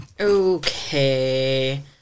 Okay